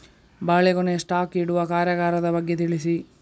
ಬಾಳೆಗೊನೆ ಸ್ಟಾಕ್ ಇಡುವ ಕಾರ್ಯಗಾರದ ಬಗ್ಗೆ ತಿಳಿಸಿ